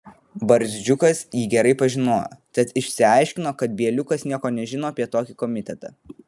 barzdžiukas jį gerai pažinojo tad išsiaiškino kad bieliukas nieko nežino apie tokį komitetą